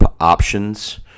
options